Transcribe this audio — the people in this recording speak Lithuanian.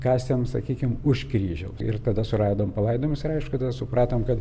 kasėm sakykim už kryžiaus ir tada suradom palaidojimus ir aišku tada supratom kad